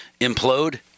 implode